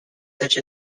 such